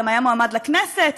גם היה מועמד לכנסת,